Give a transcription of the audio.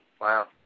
Wow